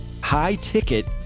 high-ticket